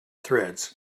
threads